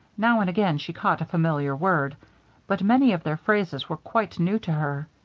now and again she caught a familiar word but many of their phrases were quite new to her.